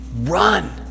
Run